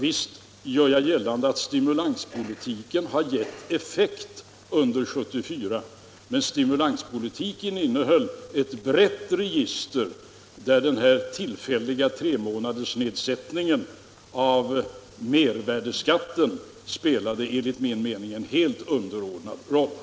Visst gör jag gällande att stimulanspolitiken gav effekt under 1974, men den innehöll ett brett register av åtgärder, där den tillfälliga nedsättningen under tre månader av mervärdeskatten enligt min mening spelade en helt underordnad roll.